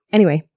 anyway,